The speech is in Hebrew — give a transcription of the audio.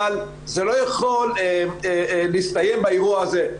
אבל זה לא יכול להסתיים באירוע הזה.